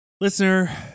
listener